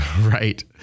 Right